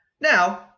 Now